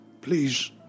Please